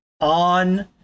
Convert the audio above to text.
on